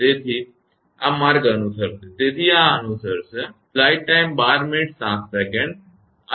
તેથી આ માર્ગ અનુસરશે તેથી આ અનુસરશે